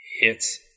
hits